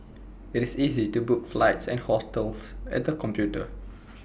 IT is easy to book flights and hotels at the computer